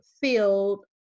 field